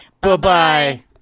Bye-bye